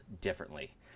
differently